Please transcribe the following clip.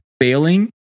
failing